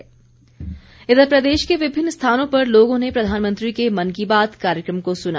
प्रतिक्रिया इधर प्रदेश के विभिन्न स्थानों पर लोगों ने प्रधानमंत्री के मन की बात कार्यक्रम को सुना